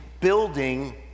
building